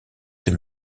ces